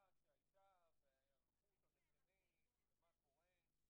שהייתה והערכות הראשונית ומה קורה.